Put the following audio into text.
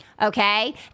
Okay